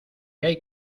hay